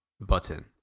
button